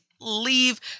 leave